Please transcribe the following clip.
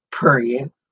Period